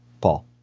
Paul